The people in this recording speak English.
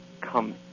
come